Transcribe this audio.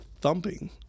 thumping